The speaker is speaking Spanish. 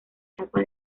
chapa